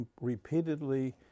repeatedly